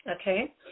okay